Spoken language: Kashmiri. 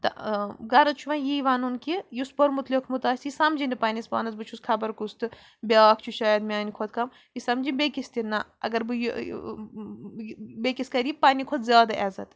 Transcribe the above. تہٕ غرض چھُ وۄنۍ یی وَنُن کہِ یُس پوٚرمُت لیوٚکھمُت آسہِ یہِ سَمجی نہٕ پنٛنِس پانَس بہٕ چھُس خبر کُس تہٕ بیٛاکھ چھُ شایَد میٛانہِ کھۄتہٕ کَم یہِ سَمجہِ بیٚیہِ کِس تہِ نَہ اگر بہٕ بیٚیہِ کِس کَرِ یہِ پنٛنہِ کھۄتہٕ زیادٕ عزت